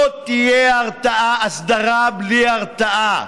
לא תהיה הסדרה בלי הרתעה,